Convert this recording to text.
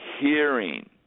hearing